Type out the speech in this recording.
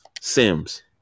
Sims